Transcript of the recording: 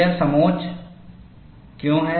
यह समोच्च क्यों है